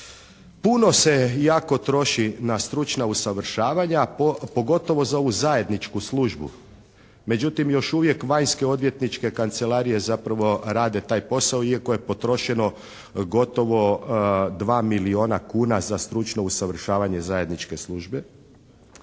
Puno se jako troši na stručna usavršavanja pogotovo za ovu zajedničku službu. Međutim još uvijek vanjske odvjetničke kancelarije zapravo rade taj posao iako je potrošeno gotovo 2 milijuna kuna za stručno usavršavanje zajedničke službe.